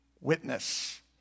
witness